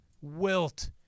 Wilt